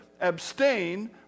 abstain